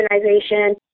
organization